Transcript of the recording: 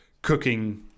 cooking